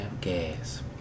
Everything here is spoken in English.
gas